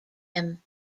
him